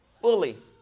fully